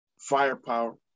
firepower